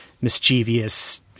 mischievous